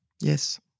Yes